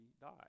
die